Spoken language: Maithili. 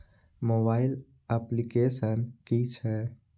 मोबाइल अप्लीकेसन कि छै?